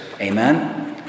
Amen